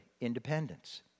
independence